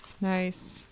Nice